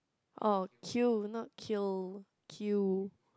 oh queue not kill queue